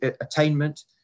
attainment